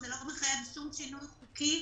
זה לא מחייב שום שינוי חוקי,